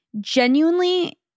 genuinely